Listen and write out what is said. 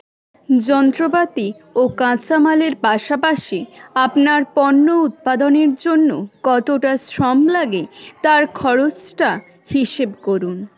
যন্ত্রপাতি ও কাঁচামালের পাশাপাশি আপনার পণ্য উৎপাদনের জন্য কতটা শ্রম লাগে তার খরচটা হিসেব করুন